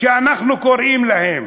שאנחנו קוראים להם,